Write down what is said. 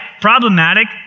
problematic